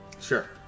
Sure